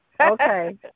Okay